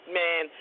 man